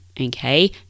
okay